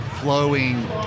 flowing